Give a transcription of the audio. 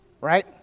right